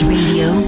Radio